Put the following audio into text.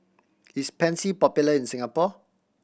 is Pansy popular in Singapore